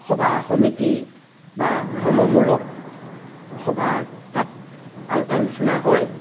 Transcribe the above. সভা সমিতি বা ধৰ্মমূলক সভা তাত আলোচনা হয়